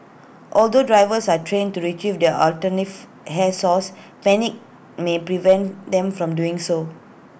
although divers are trained to Retrieve their alternative hair source panic may prevent them from doing so